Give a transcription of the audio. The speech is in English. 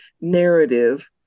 narrative